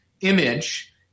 image